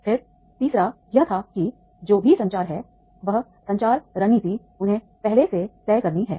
फिर तीसरा यह था कि जो भी संचार है वह संचार रणनीति उन्हें पहले से तय करनी है